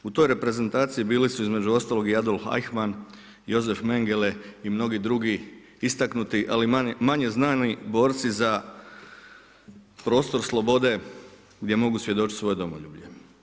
U toj reprezentaciji bili su između ostalog i Adolof Eichmann, Josef Mengele i mnogi drugi istaknuti, ali manje znani borci za prostor slobode gdje mogu svjedočiti svoje domoljublje.